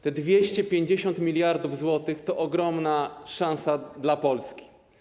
Te 250 mld zł to ogromna szansa dla Polski.